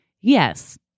yes